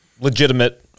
legitimate